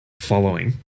following